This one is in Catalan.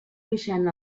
baixant